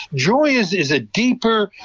joy is is ah deeper,